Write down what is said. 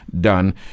done